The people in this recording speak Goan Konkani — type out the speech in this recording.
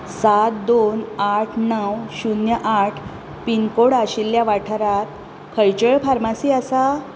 सात दोन आठ णव शून्य आठ पिनकोड आशिल्ल्या वाठारांत खंयच्योय फार्मासी आसा